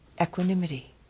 equanimity